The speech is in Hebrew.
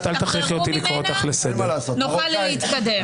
שחררו ממנה, נוכל להתקדם.